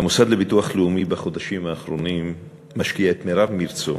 המוסד לביטוח לאומי משקיע בחודשים האחרונים את מרב מרצו,